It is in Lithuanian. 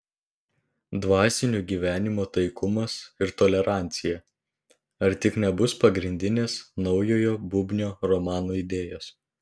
dvasinio gyvenimo taikumas ir tolerancija ar tik nebus pagrindinės naujojo bubnio romano idėjos